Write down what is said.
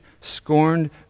scorned